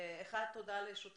אחד, תודה לשותפים.